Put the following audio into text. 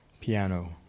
piano